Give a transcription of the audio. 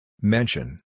Mention